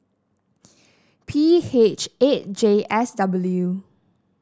P H eight J S W